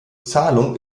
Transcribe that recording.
zahlung